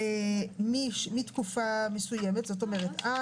מתי ישולם המענק הזה?